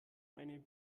eine